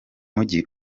mugi